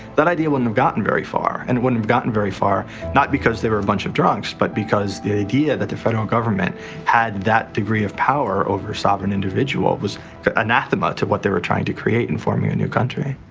that idea wouldn't have gotten very far and it wouldn't have gotten very far not because they were a bunch of drunks, but because the idea that the federal government had that degree of power over sovereign individuals was anathema to what they were trying to create in forming a new country.